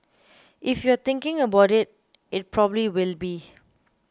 if you're thinking about it it probably will be